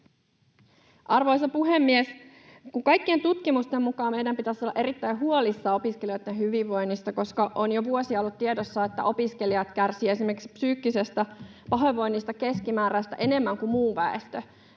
Arvoisa puhemies! Kun kaikkien tutkimusten mukaan meidän pitäisi olla erittäin huolissamme opiskelijoitten hyvinvoinnista, koska on jo vuosia ollut tiedossa, että opiskelijat kärsivät esimerkiksi psyykkisestä pahoinvoinnista keskimääräisesti enemmän kuin muu väestö,